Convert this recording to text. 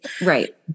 Right